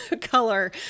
color